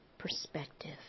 perspective